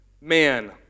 man